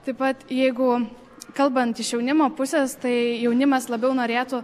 taip pat jeigu kalbant iš jaunimo pusės tai jaunimas labiau norėtų